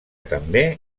també